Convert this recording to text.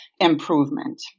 improvement